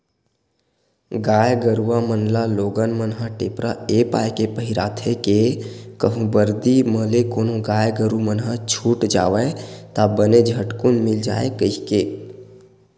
गाय गरुवा मन ल लोगन मन ह टेपरा ऐ पाय के पहिराथे के कहूँ बरदी म ले कोनो गाय गरु मन ह छूट जावय ता बने झटकून मिल जाय कहिके